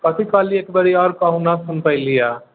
कथी कहलियै एक बरी आओर कहू नहि सुन पयली हँ